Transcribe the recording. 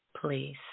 please